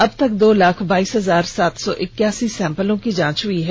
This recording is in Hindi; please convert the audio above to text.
अबतक दो जाख बाइस हजार सात सौ इक्यासी सैंपल की जांच हुई है